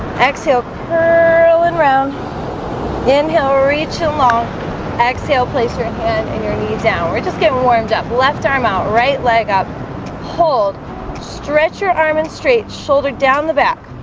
exhale curl and round inhale reach a long exhale place your head and your knees down. we're just getting warmed up left arm out right leg up hold stretch your arm and straight shoulder down the back